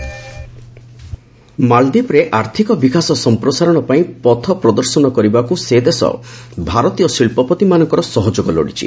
ମାଲଦୀପ ମାଳଦୀପରେ ଆର୍ଥିକ ବିକାଶ ସମ୍ପ୍ରସାରଣ ପାଇଁ ପଥପ୍ରଦର୍ଶନ କରିବାକୁ ସେ ଦେଶ ଭାରତୀୟ ଶିଳ୍ପପତିମାନଙ୍କର ସହଯୋଗ ଲୋଡ଼ିଛି